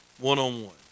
One-on-one